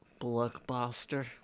Blockbuster